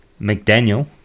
McDaniel